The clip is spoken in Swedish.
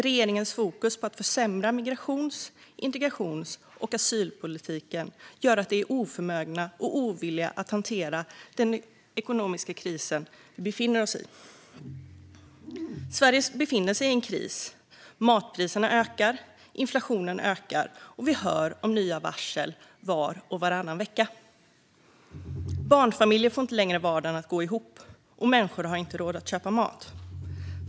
Regeringens fokus på att försämra migrations och integrationspolitiken och asylpolitiken gör att de är oförmögna och ovilliga att hantera den ekonomiska kris vi befinner oss i. Sverige befinner sig i en kris. Matpriserna ökar, inflationen ökar och vi hör om nya varsel var och varannan vecka. Barnfamiljer får inte längre vardagen att gå ihop, och människor har inte råd att köpa mat.